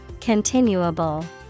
Continuable